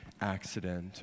accident